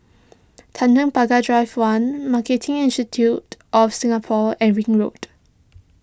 Tanjong Pagar Drive one Marketing Institute of Singapore and Ring Road